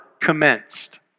commenced